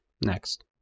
next